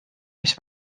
mis